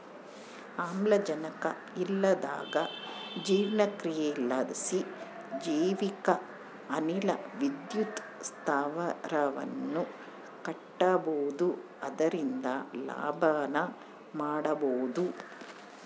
ಆಮ್ಲಜನಕ ಇಲ್ಲಂದಗ ಜೀರ್ಣಕ್ರಿಯಿಲಾಸಿ ಜೈವಿಕ ಅನಿಲ ವಿದ್ಯುತ್ ಸ್ಥಾವರವನ್ನ ಕಟ್ಟಬೊದು ಅದರಿಂದ ಲಾಭನ ಮಾಡಬೊಹುದು